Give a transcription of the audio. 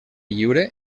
lliure